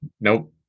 Nope